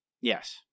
Yes